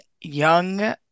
young